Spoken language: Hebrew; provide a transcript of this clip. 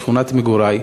שכונת מגורי,